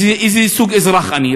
איזה סוג אזרח אני?